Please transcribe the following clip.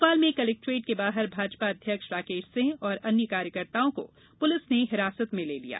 भोपाल में कलेक्ट्रेट के बाहर भाजपा अध्यक्ष राकेश सिंह और अन्य कार्यकर्ताओं पुलिस ने हिरासत में ले लिया